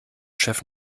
chef